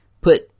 put